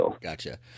Gotcha